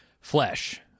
flesh